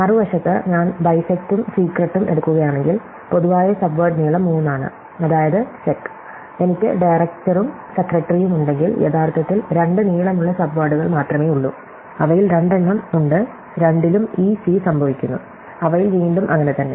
മറുവശത്ത് ഞാൻ ബൈസെക്ടും സീക്രെട്ടും എടുക്കുകയാണെങ്കിൽ പൊതുവായ സബ്വേഡ് നീളം 3 ആണ് അതായത് സെക്ക് എനിക്ക് ഡയറക്ടറും സെക്രട്ടറിയുമുണ്ടെങ്കിൽ യഥാർത്ഥത്തിൽ രണ്ട് നീളമുള്ള സബ്വേഡുകൾ മാത്രമേ ഉള്ളൂ അവയിൽ രണ്ടെണ്ണം ഉണ്ട് രണ്ടിലും ec സംഭവിക്കുന്നു അവയിൽ വീണ്ടും അങ്ങനെ തന്നെ